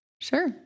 Sure